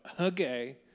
okay